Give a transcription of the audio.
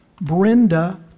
Brenda